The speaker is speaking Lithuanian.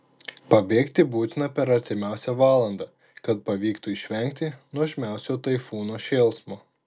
pabėgti būtina per artimiausią valandą kad pavyktų išvengti nuožmiausio taifūno šėlsmo